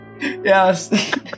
Yes